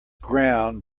ground